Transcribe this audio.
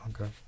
Okay